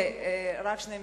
רק שתי מלים.